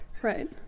Right